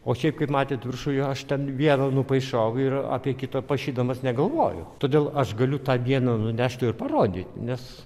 o šiaip kaip matėt viršuje aš ten vieną nupaišau ir apie kitą paišydamas negalvoju todėl aš galiu tą dieną nunešti ir parodyti nes